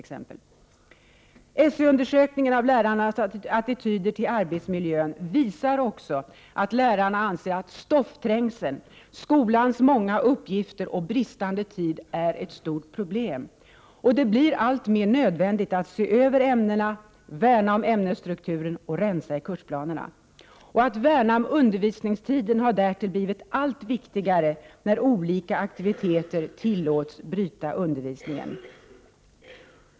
SÖ-undersökningen av lärarnas attityder till arbetsmiljön visar också att lärarna anser att stoffträngseln, skolans många uppgifter och bristande tid är ett stort problem. Det blir alltmer nödvändigt att se över ämnena, värna om ämnesstrukturen och rensa i kursplanerna. Att värna om undervisningstiden har därtill blivit allt viktigare när olika aktiviteter tillåts bryta undervisningen.